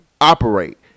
operate